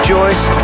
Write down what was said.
Joyce